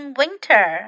winter"，